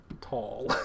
Tall